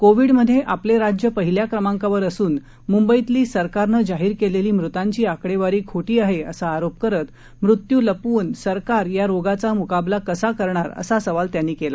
कोविडमध्ये आपले राज्य पहिल्या क्रमांकावर असून मुंबईतली सरकारनं जाहीर केलेली मृतांची आकडेवारी खोटी आहे असा आरोप करत मृत्यू लपवून सरकार या रोगाचा मुकाबला कसा करणार असा सवाल त्यांनी केला